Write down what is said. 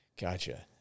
Gotcha